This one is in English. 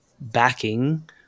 backing